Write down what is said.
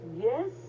yes